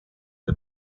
the